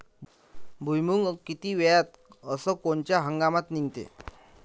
भुईमुंग किती वेळात अस कोनच्या हंगामात निगते?